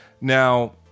Now